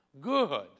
good